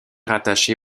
rattachée